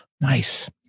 Nice